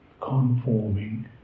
conforming